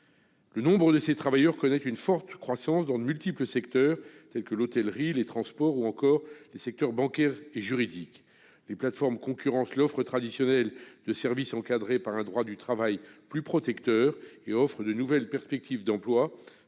des actifs, ces travailleurs sont en forte croissance dans de multiples secteurs, comme l'hôtellerie, les transports, la banque ou le secteur juridique. Les plateformes concurrencent l'offre traditionnelle de services, encadrée par un droit du travail plus protecteur, et offrent de nouvelles perspectives d'emploi